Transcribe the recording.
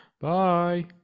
Bye